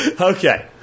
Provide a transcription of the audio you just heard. Okay